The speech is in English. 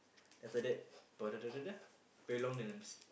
after that very long